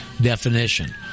definition